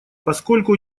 поскольку